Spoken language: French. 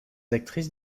actrices